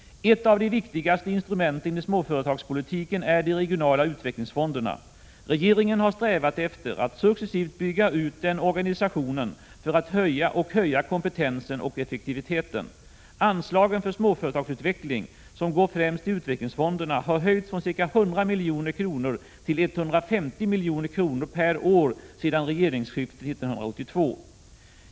Ett av de viktigaste instrumenten i småföretagspolitiken är de regionala utvecklingsfonderna. Regeringen har strävat efter att successivt bygga ut den organisationen och höja kompetensen och effektiviteten. Anslagen för småföretagsutveckling — som går främst till utvecklingsfonderna — har höjts från ca 100 milj.kr. till ca 150 milj.kr. per år sedan regeringsskiftet år 1982.